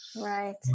Right